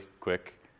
quick